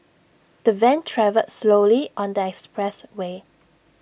the van travelled slowly on the expressway